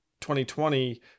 2020